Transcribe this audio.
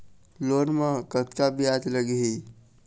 Loan म कतका ब्याज लगही?